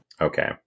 Okay